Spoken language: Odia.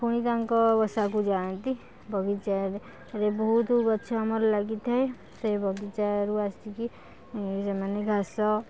ଫୁଣି ତାଙ୍କ ବସା କୁ ଯାଆନ୍ତି ବଗିଚାରେ ବହୁତ ଗଛ ଆମର ଲାଗିଥାଏ ସେ ବଗିଚା ରୁ ଆସିକି ସେମାନେ ଘାସ